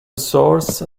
source